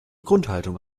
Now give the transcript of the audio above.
grundhaltung